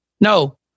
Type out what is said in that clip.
No